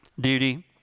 duty